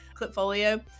Clipfolio